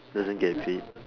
doesn't get paid